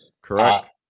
Correct